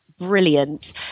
brilliant